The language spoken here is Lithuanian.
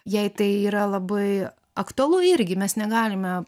jei tai yra labai aktualu irgi mes negalime